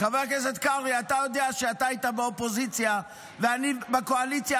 אתה יודע כשאתה היית באופוזיציה ואני בקואליציה,